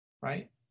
right